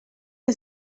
que